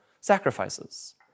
sacrifices